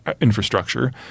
infrastructure